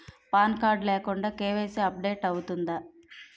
Pan card లేకుండా KYC update అవుతుందా?